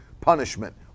punishment